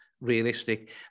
realistic